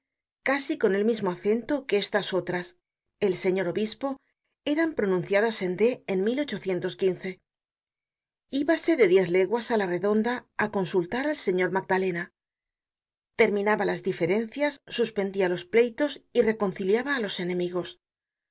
casi con el mismo acento que estas otras el señor obispo eran pronunciadas en d en ibase de diez leguas á la redonda á consultar al señor magdalena terminaba las diferencias suspendia los pleitos y reconciliaba á los enemigos